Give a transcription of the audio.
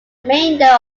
remainder